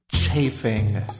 Chafing